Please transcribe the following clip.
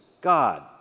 God